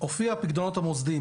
הופיע הפקדונות המוסדיים.